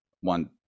one